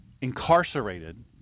incarcerated